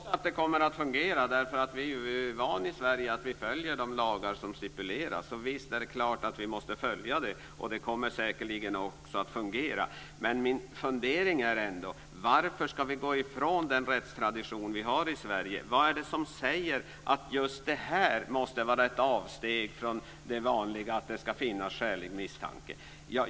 Herr talman! Jag tror också att det kommer att fungera. Vi är ju vana i Sverige att följa de lagar som stipuleras. Visst är det klart att vi måste följa detta, och det kommer säkerligen också att fungera. Men min fundering är ändå: Varför ska vi gå ifrån den rättstradition vi har i Sverige? Vad är det som säger att det just här måste vara ett avsteg från det vanliga, att det ska finnas skälig misstanke?